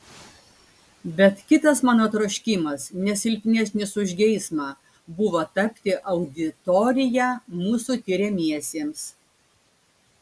bet kitas mano troškimas ne silpnesnis už geismą buvo tapti auditorija mūsų tiriamiesiems